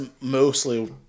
mostly